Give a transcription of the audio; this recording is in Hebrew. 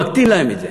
מקטין להם את זה.